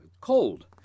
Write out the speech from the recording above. COLD